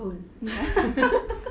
cool